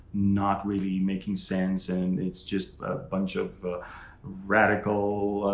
not really making sense. and it's just a bunch of radical,